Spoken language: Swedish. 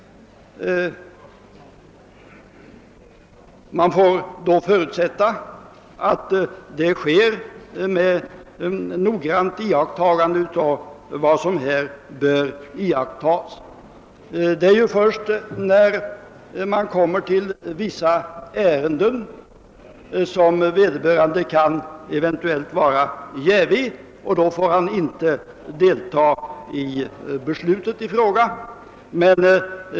Man får förutsätta att dessa val verkställs med noggrant iakttagande av vad lämpligheten kräver. Det är ju enbart i vissa ärenden som vederbörande eventuellt kan vara jävig, och då får han inte delta i beslutet i fråga.